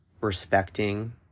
respecting